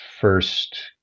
first